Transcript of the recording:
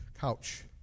couch